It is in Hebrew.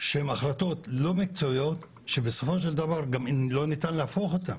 שהן החלטות לא מקצועיות שבסופו של דבר גם לא ניתן להפוך אותן,